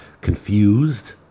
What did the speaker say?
confused